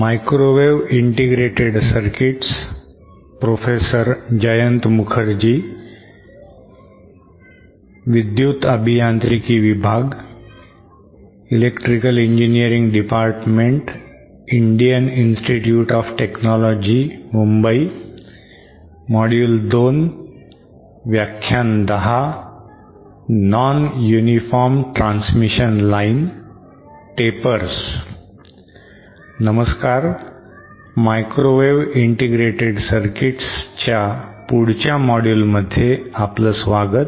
microwave integrated सर्किट्सच्या पुढच्या मॉड्यूलमध्ये आपलं स्वागत